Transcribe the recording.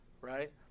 right